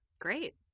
great